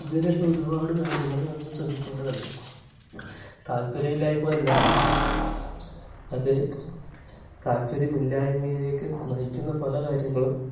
അങ്ങനെയുള്ള ഒരുപാട് കാര്യങ്ങൾ നമ്മൾ ശ്രദ്ധിക്കേണ്ടതുണ്ട് താല്പര്യമില്ലായ്മ അല്ല അത് അത് താല്പര്യമില്ലായ്മയിലേക്ക് നയിക്കുന്ന പലകാര്യങ്ങളും